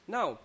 Now